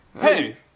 Hey